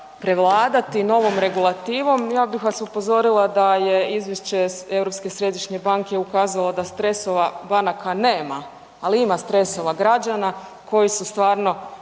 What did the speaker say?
prevladati novom regulativom, ja bih vas upozorila da je izvješće Europske središnje banke ukazalo da stresova banaka nema, ali ima stresova građana koji su stvarno